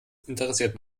interessiert